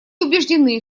убеждены